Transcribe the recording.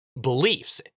beliefs